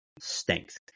stinks